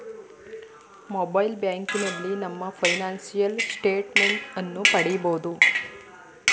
mobile ಬ್ಯಾಂಕಿನಲ್ಲಿ ನಮ್ಮ financial statement ಅನ್ನು ಪಡಿಬೋದು